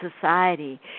society